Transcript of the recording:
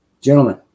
Gentlemen